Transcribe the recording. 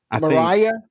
Mariah